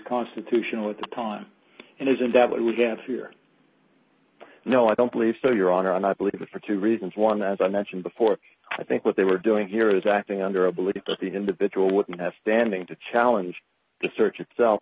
constitutional with the time and isn't that what we have here no i don't believe so your honor and i believe that for two reasons one as i mentioned before i think what they were doing here is acting under a belief that the individual wouldn't have standing to challenge the search